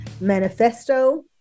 manifesto